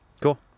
Cool